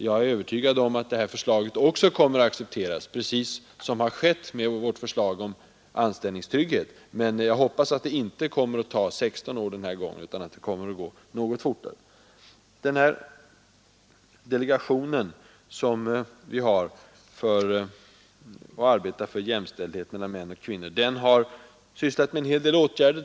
Jag är övertygad om att det här förslaget också kommer att accepteras, precis som skedde med vårt förslag om anställningstrygghet, men jag hoppas att det den här gången inte kommer att ta 16 år. Delegationen för jämställdhet mellan män och kvinnor har vidtagit en hel del åtgärder.